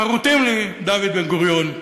חרותות אצלי, דוד בן-גוריון,